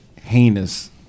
heinous